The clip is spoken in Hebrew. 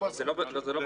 זה לא בתקנות.